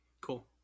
Cool